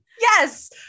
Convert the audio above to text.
yes